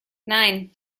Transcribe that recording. nine